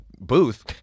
booth